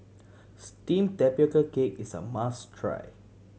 steamed tapioca cake is a must try